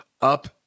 up